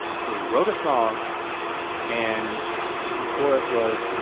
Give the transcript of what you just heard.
so we wrote a song and the chorus was.